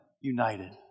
united